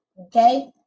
okay